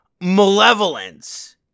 malevolence